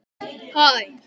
Hi